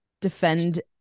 defend